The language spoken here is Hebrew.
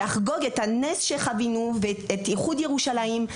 לחגוג את היום הזה ואת הנס שחווינו באיחוד ירושלים,